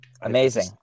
Amazing